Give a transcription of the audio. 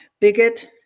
bigot